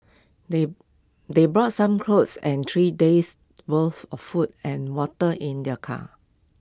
they they brought some clothes and three days' worth of food and water in their car